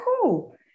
cool